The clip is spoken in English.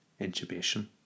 intubation